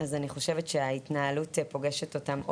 אז אני חושבת שההתנהלות פוגשת אותם,